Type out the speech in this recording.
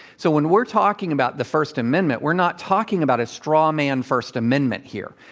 so, when we're talking about the first amendment, we're not talking about a strawman and first amendment here.